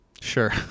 sure